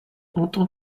entends